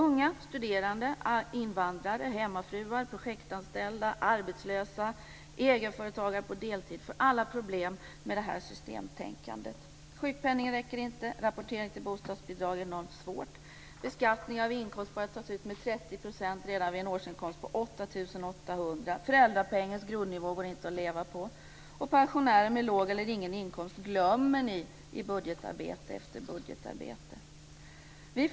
Unga, studerande, invandrare, hemmafruar, projektanställda, arbetslösa och egenföretagare på deltid får alla problem med det här systemtänkandet. Sjukpenningen räcker inte. Rapportering till bostadsbidrag är enormt svårt. Beskattningen av inkomst börjar med 30 % redan vid en årsinkomst på 8 800 kr. Föräldrapengens grundnivå går det inte att leva på. Pensionärer med låg eller ingen inkomst glöms i budgetarbete efter budgetarbete.